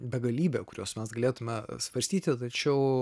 begalybė kuriuos mes galėtumėme svarstyti tačiau